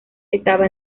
estaba